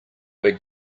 where